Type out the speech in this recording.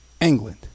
England